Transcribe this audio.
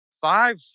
five